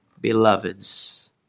beloved's